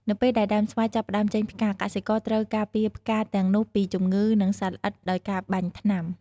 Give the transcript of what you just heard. នៅពេលដែលដើមស្វាយចាប់ផ្ដើមចេញផ្កា កសិករត្រូវការពារផ្កាទាំងនោះពីជំងឺ និងសត្វល្អិតដោយការបាញ់ថ្នាំ។